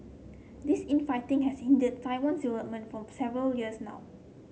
this infighting has hindered Taiwan's development for several years now